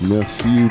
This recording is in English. Merci